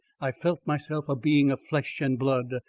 i felt myself a being of flesh and blood,